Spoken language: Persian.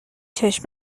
چشم